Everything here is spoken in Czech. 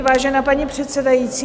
Vážená paní předsedající.